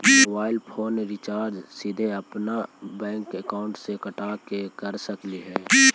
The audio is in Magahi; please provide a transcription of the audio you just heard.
मोबाईल फोन रिचार्ज सीधे अपन बैंक अकाउंट से कटा के कर सकली ही?